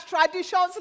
traditions